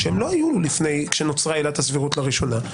שהם לא היו כשנוצרה עילת הסבירות לראשונה,